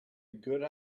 good